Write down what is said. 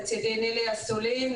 לצידי נילי אסולין,